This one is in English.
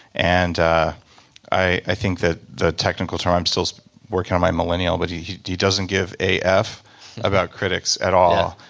and ah i i think that the technical term, i'm still working on my millennial, but he doesn't give ah af about critics at all.